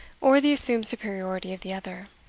or the assumed superiority of the other.